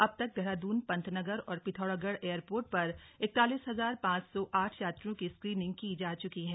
अब तक देहरादून पंतनगर और पिथौरागढ़ एयरपोर्ट पर इक्तालीस हजार पांच सौ आठ यात्रियों की स्क्रीनिंग की जा चुकी है